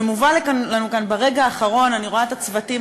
שמובא לנו כאן ברגע האחרון אני רואה את הצוותים